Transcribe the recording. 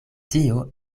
tio